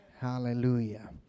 Hallelujah